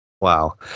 Wow